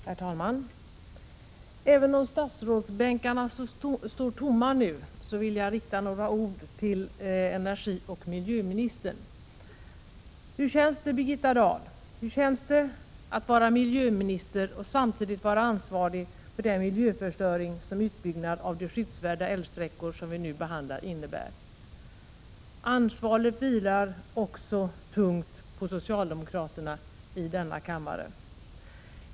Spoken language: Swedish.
Herr talman! Även om statsrådsbänkarna står tomma nu, vill jag rikta några ord till energioch miljöministern. Hur känns det, Birgitta Dahl? Hur känns det att vara miljöminister och samtidigt vara ansvarig för den miljöförstöring som utbyggnad av de skyddsvärda älvsträckor som vi nu debatterar innebär? Ansvaret vilar också tungt på socialdemokraterna i denna kammare.